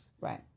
right